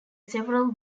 several